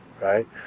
Right